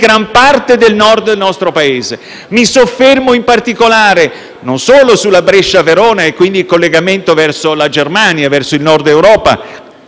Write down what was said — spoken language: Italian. gran parte del Nord del nostro Paese. Mi soffermo in particolare, non solo sulla Brescia-Verona e, quindi, il collegamento verso la Germania e il Nord Europa